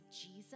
Jesus